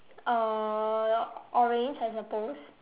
uh orange I suppose